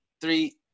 three